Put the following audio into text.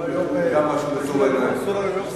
ויעבור לוועדת החוקה,